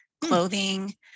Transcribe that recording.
clothing